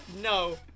No